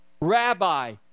Rabbi